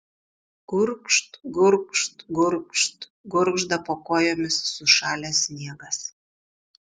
gurgžt gurgžt gurgžt gurgžda po kojomis sušalęs sniegas